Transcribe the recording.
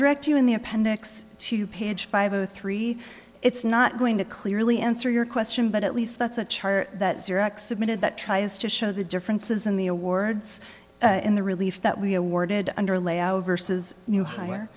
direct you in the appendix to page five of three it's not going to clearly answer your question but at least that's a chart that xerox submitted that tries to show the differences in the awards in the relief that we awarded under lay out versus new hi